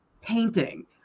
painting